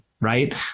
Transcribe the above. right